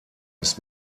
ist